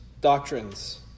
doctrines